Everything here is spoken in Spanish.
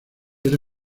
era